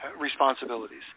responsibilities